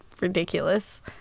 Ridiculous